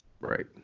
Right